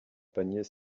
panier